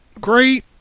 great